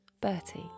Bertie